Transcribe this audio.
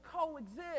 coexist